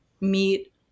meet